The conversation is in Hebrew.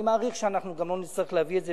אני מעריך שאנחנו לא נצטרך להביא את זה,